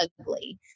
Ugly